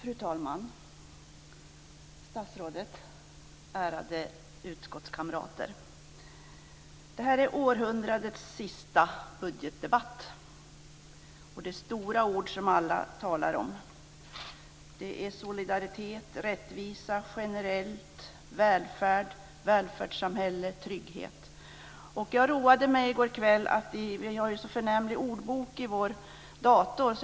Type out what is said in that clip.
Fru talman! Statsrådet! Ärade utskottskamrater! Det här är århundradets sista budgetdebatt, och det är stora ord som alla talar om: solidaritet, rättvisa, generell, välfärd, välfärdssamhälle, trygghet. Jag roade mig i går kväll med att slå upp de här orden. Vi har ju en så förnämlig ordbok i vår dator.